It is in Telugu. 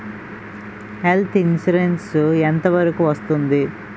హెల్త్ ఇన్సురెన్స్ ఎంత వరకు వస్తుంది?